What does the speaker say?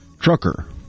trucker